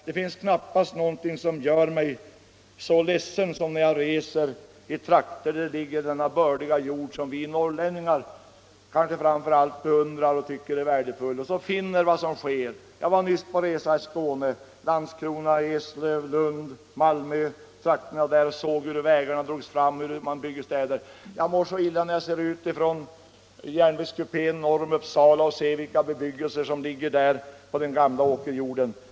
Det finns knappast någonting som gör mig personligen så ledsen som att resa i trakter med den bördiga jord som kanske framför allt vi norrlänningar beundrar och tycker är värdefull och finna vad som sker. Jag var nyligen på resa i Skåne. Jag såg hur vägar drogs fram i trakterna kring Landskrona, Eslöv, Lund och Malmö och hur man byggde städer. Jag mår också illa när jag från järnvägskupén ser ut på den bebyggelse norr om Uppsala som ligger på den gamla åkerjorden.